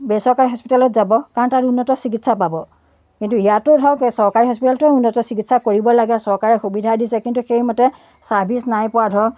বেচৰকাৰী হস্পিতেলত যাব কাৰণ তাত উন্নত চিকিৎসা পাব কিন্তু ইয়াতো ধৰক এই চৰকাৰী হস্পিতেলতো উন্নত চিকিৎসা কৰিব লাগে চৰকাৰে সুবিধা দিছে কিন্তু সেই মতে চাৰ্ভিছ নাই পোৱা ধৰক